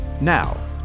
Now